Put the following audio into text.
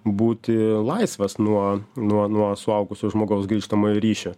būti laisvas nuo nuo nuo suaugusio žmogaus grįžtamojo ryšio